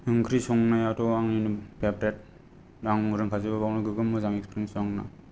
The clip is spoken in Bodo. ओंख्रि संनायाथ' आंनि फेभरेइट आं रोंखाजोबो बाव गोबां मोजां इएक्सपिरियेन्स दं आंना